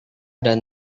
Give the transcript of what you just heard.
dan